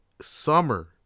summer